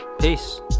Peace